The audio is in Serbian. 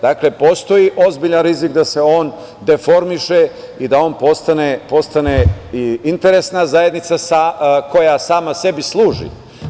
Dakle, postoji ozbiljan rizik da se on deformiše i da on postane i interesna zajednica koja sama sebi služi.